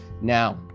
Now